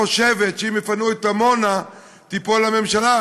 חושבת שאם יפנו את עמונה תיפול הממשלה.